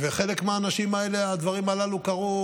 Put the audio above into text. לחלק מהאנשים האלה הדברים הללו קרו